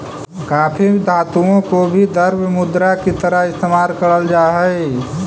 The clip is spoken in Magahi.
काफी धातुओं को भी द्रव्य मुद्रा की तरह इस्तेमाल करल जा हई